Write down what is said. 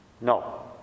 no